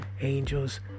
Angels